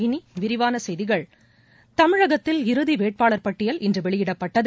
இனிவிரிவானசெய்திகள் தமிழகத்தில் இறுதிவேட்பாளர் பட்டியல் இன்றவெளியிடப்பட்டது